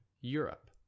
Europe